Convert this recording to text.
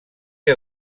que